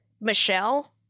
Michelle